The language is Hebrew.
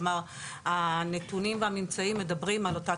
כלומר הנתונים והממצאים מדברים על אותה